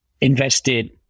invested